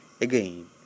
again